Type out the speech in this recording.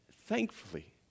Thankfully